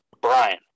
Brian